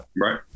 right